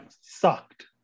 sucked